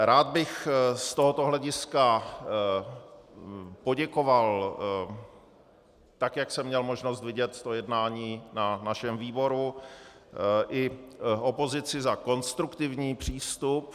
Rád bych z tohoto hlediska poděkoval, tak jak jsem měl možnost vidět jednání na našem výboru, i opozici za konstruktivní přístup.